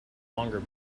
longer